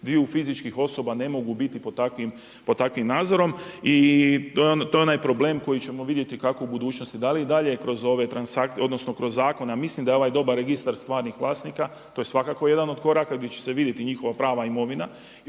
dviju fizičkih osoba ne mogu biti pod takvim nadzorom. I to je onaj problem koji ćemo vidjeti kako u budućnosti, da li i dalje kroz ove transakcije, odnosno kroz zakone a mislim da je ovaj dobar registar stvarnih vlasnika, to je svakako jedan od koraka gdje će se vidjeti njihova prava imovina